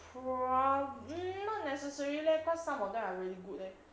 prob~ not necessary leh cause some of them are really good leh